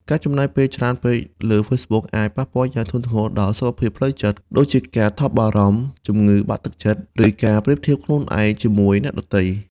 ការចំណាយពេលច្រើនពេកលើ Facebook អាច ប៉ះពាល់យ៉ាងធ្ងន់ធ្ងរដល់សុខភាពផ្លូវចិត្ត ដូចជាការថប់បារម្ភ ជំងឺបាក់ទឹកចិត្ត ឬការប្រៀបធៀបខ្លួនឯងជាមួយអ្នកដទៃ។